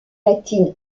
latine